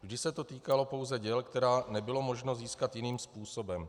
Vždy se to týkalo pouze děl, která nebylo možno získat jiným způsobem.